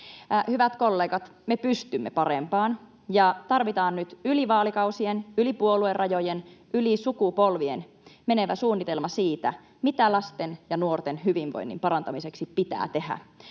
Hyvät kollegat, me pystymme parempaan ja tarvitsemme nyt yli vaalikausien, yli puoluerajojen, yli sukupolvien menevän suunnitelman siitä, mitä lasten ja nuorten hyvinvoinnin parantamiseksi pitää tehdä.